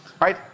Right